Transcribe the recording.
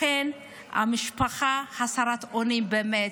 לכן המשפחה חסרת אונים באמת.